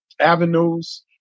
avenues